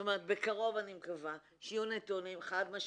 אני מקווה שבקרוב יהיו נתונים חד-משמעיים,